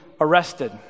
arrested